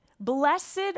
Blessed